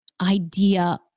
Idea